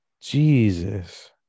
Jesus